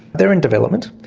they are in development.